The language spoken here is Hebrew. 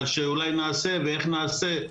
רק שאולי נעשה ואיך נעשה,